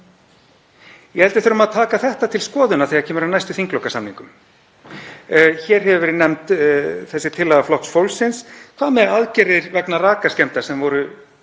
Ég held við þurfum að taka þetta til skoðunar þegar kemur að næstu þinglokasamningum. Hér hefur verið nefnd þessi tillaga Flokks fólksins. Hvað með aðgerðir vegna rakaskemmda sem átti